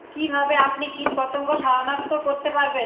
কিভাবে আপনি কীটপতঙ্গ সনাক্ত করতে পারেন?